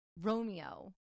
Romeo